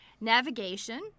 navigation